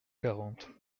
quarante